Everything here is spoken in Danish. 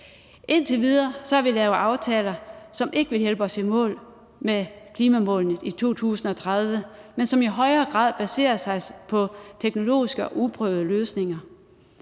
Indtil videre har vi lavet aftaler, som ikke vil hjælpe os i mål med klimamålene i 2030, men som i højere grad baserer sig på teknologiske og uprøvede løsninger.